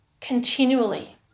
continually